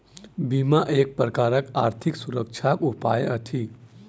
बीमा एक प्रकारक आर्थिक सुरक्षाक उपाय अछि